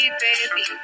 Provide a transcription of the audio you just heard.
baby